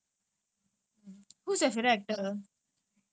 ya so you from